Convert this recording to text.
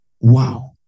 wow